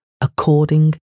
according